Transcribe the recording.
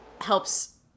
helps